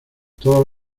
todos